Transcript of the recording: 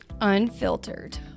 Unfiltered